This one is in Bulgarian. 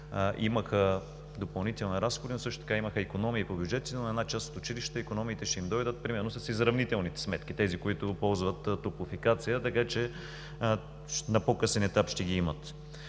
имаха допълнителни разходи, а също така имаха икономии по бюджета си, но за една част от училищата икономиите ще им дойдат примерно с изравнителните сметки – тези, които ползват „Топлофикация“, така че на по-късен етап ще ги имат.